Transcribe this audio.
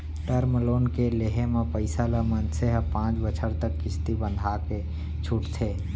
term loan के लेहे म पइसा ल मनसे ह पांच बछर तक किस्ती बंधाके छूटथे